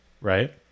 Right